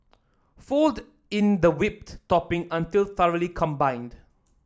fold in the whipped topping until thoroughly combined